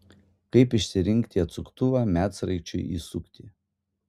kaip išsirinkti atsuktuvą medsraigčiui įsukti